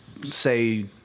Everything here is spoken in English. Say